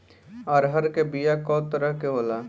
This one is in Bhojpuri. अरहर के बिया कौ तरह के होला?